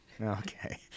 Okay